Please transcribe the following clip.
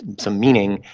some meaning,